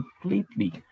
completely